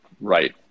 right